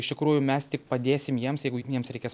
iš tikrųjų mes tik padėsim jiems jeigu jiems reikės